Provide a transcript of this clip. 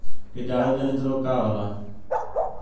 कीटाणु जनित रोग का होला?